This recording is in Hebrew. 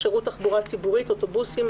"שירות תחבורה ציבורית" אוטובוסים,